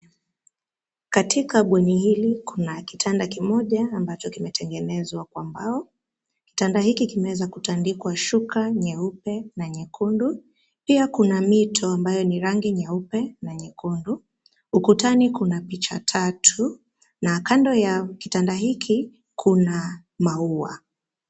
Katika bweni hili, kuna kitanda kimoja ambacho kimetengenezwa kwa mbao. Kitanda hiki kimeweza kutandikwa shuka nyeupe na nyekundu. Pia kuna mito ambayo ni rangi nyeupe, na nyekundu. Ukutani kuna picha tatu, na kando ya kitanda hiki, kuna maua.